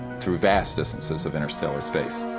through vast distances of interstellar space.